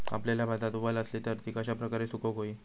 कापलेल्या भातात वल आसली तर ती कश्या प्रकारे सुकौक होई?